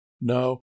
No